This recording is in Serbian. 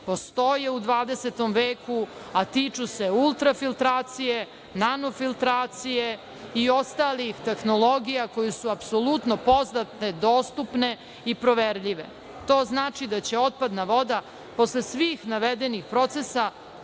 postoje u 20. veku, a tiču se ultrafiltracije, nanofiltracije i ostalih tehnologija koje su apsolutno poznate, dostupne i proverljive. To znači da će otpadna voda posle svih navedenih procesa